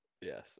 yes